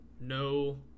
no